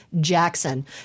Jackson